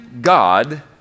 God